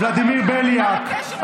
ולדימיר בליאק,